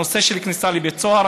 הנושא של כניסה לבית סוהר,